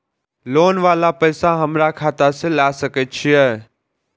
Loan वाला पैसा हमरा खाता से लाय सके छीये?